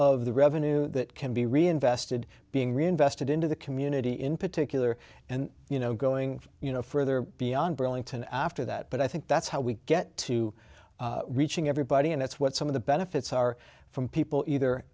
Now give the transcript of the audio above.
of the revenue that can be reinvested being reinvested into the community in particular and you know going you know further beyond burlington after that but i think that's how we get to reaching everybody and that's what some of the benefits are from people either